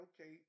okay